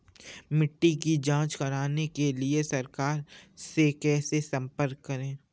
मिट्टी की जांच कराने के लिए सरकार से कैसे संपर्क करें?